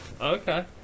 Okay